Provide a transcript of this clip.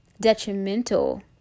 detrimental